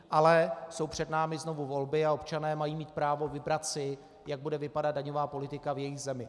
Ale jsou před námi znovu volby a občané mají mít právo si vybrat, jak bude vypadat daňová politika v jejich zemi.